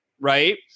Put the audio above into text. Right